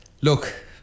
Look